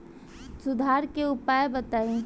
सुधार के उपाय बताई?